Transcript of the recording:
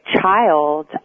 child